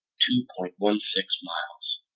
two point one six miles